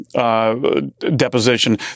Deposition